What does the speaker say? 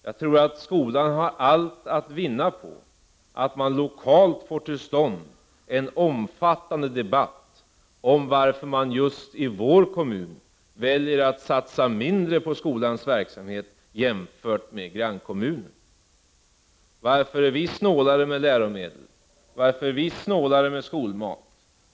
Jag tror att skolan har allt att vinna på att man lokalt får till stånd en omfattande debatt om varför just en kommun väljer att satsa mindre på skolans verksamhet jämfört med grannkommunen. ”Varför är vi snålare med läromedel och med skolmat?